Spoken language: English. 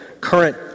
current